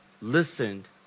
listened